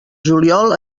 juliol